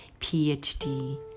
PhD